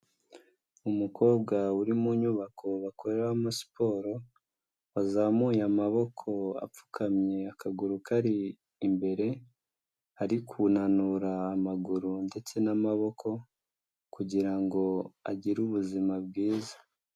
Umukobwa uri mu nyubako bakoreramo siporo, wazamuye amaboko apfukamye akaguru kari imbere, ari kunanura amaguru ndetse n'amaboko, kugira ngo agire ubuzima bwiza.